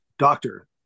doctor